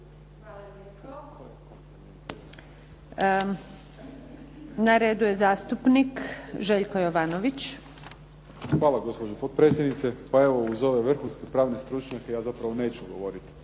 Hvala lijepo. Na redu je zastupnik Željko Jovanović. **Jovanović, Željko (SDP)** Hvala gospođo potpredsjednice. Pa evo uz ove vrhunske pravne stručnjake ja zapravo neću govoriti